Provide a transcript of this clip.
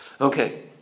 Okay